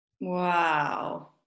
Wow